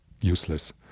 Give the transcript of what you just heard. useless